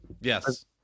yes